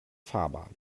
fahrbahn